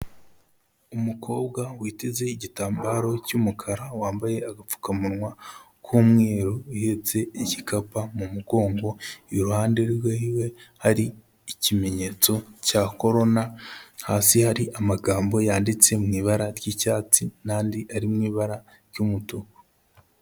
Umukobwa witeze igitambaro cy'umukara wambaye agapfukamunwa k'umweru uhetse igikapa mu mugongo, iruhande rwiwe hari ikimenyetso cya corona, hasi hari amagambo yanditse mu ibara ry'icyatsi n'andi ari mu ibara ry'umutuku.